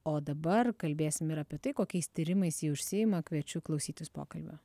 o dabar kalbėsim ir apie tai kokiais tyrimais ji užsiima kviečiu klausytis pokalbio